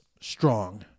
strong